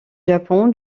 japon